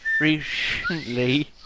recently